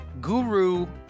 guru